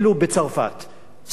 sale juif, יהודי מלוכלך,